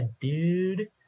dude